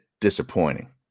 disappointing